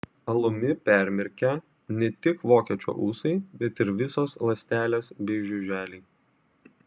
alumi permirkę ne tik vokiečio ūsai bet ir visos ląstelės bei žiuželiai